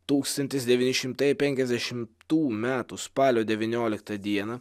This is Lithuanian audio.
tūkstantis devyni šimtai penkiasdešimtų metų spalio devynioliktą dieną